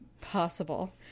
possible